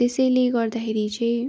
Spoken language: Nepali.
त्यसैले गर्दाखेरि चाहिँ